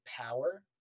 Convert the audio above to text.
power